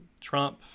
Trump